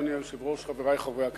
אדוני היושב-ראש, חברי חברי הכנסת,